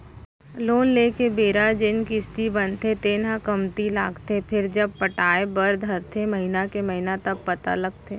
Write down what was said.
loan लेए के बेरा जेन किस्ती बनथे तेन ह कमती लागथे फेरजब पटाय बर धरथे महिना के महिना तब पता लगथे